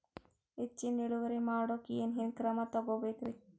ಹೆಚ್ಚಿನ್ ಇಳುವರಿ ಮಾಡೋಕ್ ಏನ್ ಏನ್ ಕ್ರಮ ತೇಗೋಬೇಕ್ರಿ?